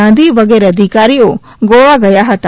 ગાંધી વગેરે અધિકારીઓ ગોવા ગયા હતા